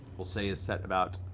we'll say is set about